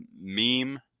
meme